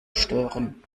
stören